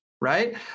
Right